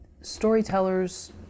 storytellers